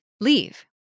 Leave